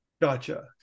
gotcha